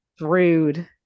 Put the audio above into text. rude